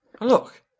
Look